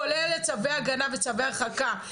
כולל את צווי הגנה וצווי הרחקה,